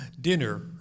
dinner